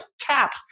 cap